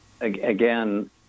again